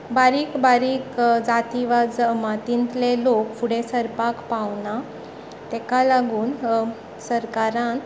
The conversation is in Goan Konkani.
बारीक बारीक जाती वा जमातींतले लोक फुडें सरपाक पावना ताका लागून सरकारान